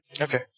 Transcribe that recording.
Okay